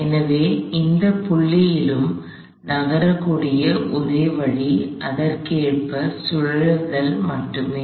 எனவே எந்த புள்ளியிலும் நகரக்கூடிய ஒரே வழி அதற்கேற்ப சுழளுதல் மட்டுமே